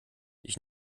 ich